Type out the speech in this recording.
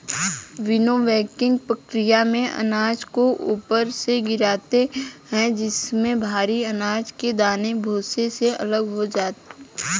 विनोविंगकी प्रकिया में अनाज को ऊपर से गिराते है जिससे भरी अनाज के दाने भूसे से अलग हो जाए